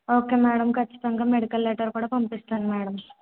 okay madam ఖచ్చితంగా medical letter కూడా పంపిస్తాను మేడం